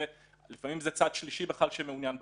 לפעמים זה צד שלישי שמעוניין ברכוש.